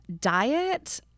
diet